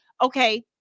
okay